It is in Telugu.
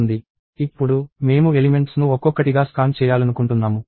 ఇప్పుడు మేము ఎలిమెంట్స్ ను ఒక్కొక్కటిగా స్కాన్ చేయాలనుకుంటున్నాము